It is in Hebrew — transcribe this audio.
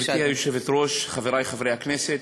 גברתי היושבת-ראש, חברי חברי הכנסת,